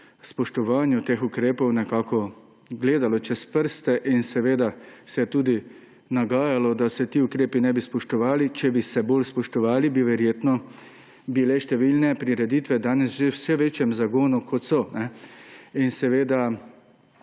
spoštovanju teh ukrepov nekako gledalo čez prste in se tudi nagajalo, da se ti ukrepi ne bi spoštovali. Če bi se bolj spoštovali, bi verjetno bile številne prireditve danes že v vse večjem zagonu, kot so, in sedaj